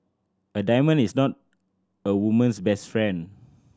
a diamond is not a woman's best friend